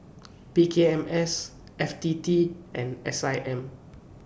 P K M S F T T and S I M